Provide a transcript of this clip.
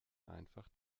einfach